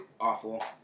awful